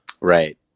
Right